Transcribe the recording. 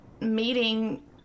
meeting